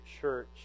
church